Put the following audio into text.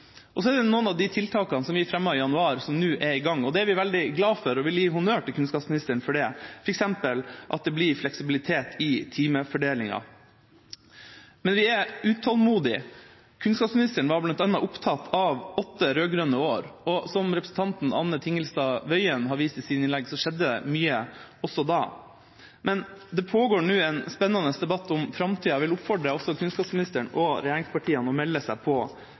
Så er det noen av de tiltakene som vi fremmet i januar, som nå er i gang. Det er vi veldig glad for, og jeg vil gi honnør til kunnskapsministeren for det, f.eks. at det blir fleksibilitet i timefordelinga. Men vi er utålmodige. Kunnskapsministeren var bl.a. opptatt av åtte rød-grønne år, og som representanten Anne Tingelstad Wøien har vist i sine innlegg, skjedde det mye også da. Men det pågår nå en spennende debatt om framtida, og jeg vil oppfordre også kunnskapsministeren og regjeringspartiene til å melde seg på